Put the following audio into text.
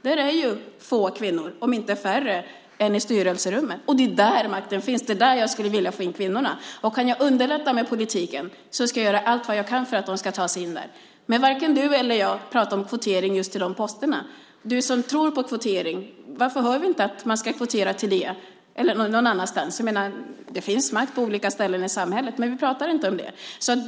Där finns få kvinnor om inte färre än i styrelserummet. Det är där makten finns. Det är där jag skulle vilja få in kvinnor. För att underlätta det med politiken ska jag göra allt vad jag kan för att de ska ta sin in där. Men varken du eller jag talar om kvotering till de posterna, Esabelle Reshdouni. Du som tror på kvotering, varför hör vi inte att man ska kvotera till ledningsfunktionerna eller någon annanstans? Det finns makt på olika ställen i samhället. Varför talar du inte om det?